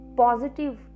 positive